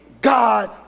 God